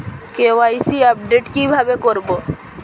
KYC update কি ভাবে করবো?